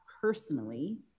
personally